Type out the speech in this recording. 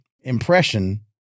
impression